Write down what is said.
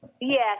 Yes